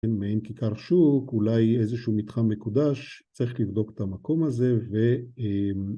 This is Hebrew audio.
מעין כיכר שוק, אולי איזשהו מתחם מקודש, צריך לבדוק את המקום הזה ו...